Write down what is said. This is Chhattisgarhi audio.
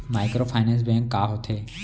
माइक्रोफाइनेंस बैंक का होथे?